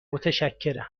متشکرم